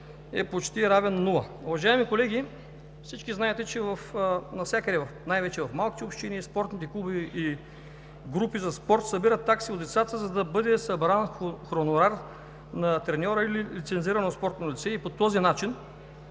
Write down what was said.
е почти равен на нула. Уважаеми колеги, всички знаете, че навсякъде, най-вече в малките общини, спортните клубове и групи за спорт събират такси от децата, за да бъде събран хонорар на треньора или лицензирано спортно лице и по този начин